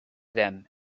them